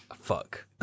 Fuck